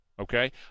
okay